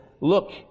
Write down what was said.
Look